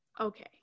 Okay